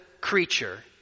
creature